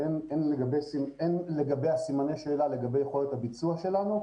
הן לגבי סימני השאלה לגבי יכולת הביצוע שלנו,